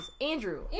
Andrew